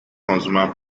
consumer